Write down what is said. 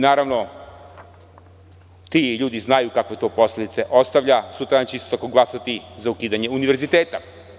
Naravno, ti ljudi znaju kakve to posledice ostavlja, jer će sutradan isto glasati za ukidanje Univerziteta.